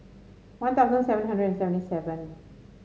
One Thousand seven hundred and seventy seven